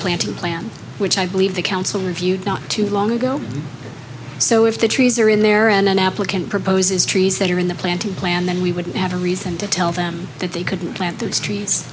planted plans which i believe the council reviewed not too long ago so if the trees are in there and an applicant proposes trees that are in the planting plan then we would have a reason to tell them that they could plant their stree